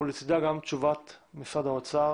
ולצידה גם תשובת משרד האוצר